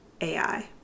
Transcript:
AI